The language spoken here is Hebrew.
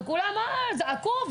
וכולם זעקו,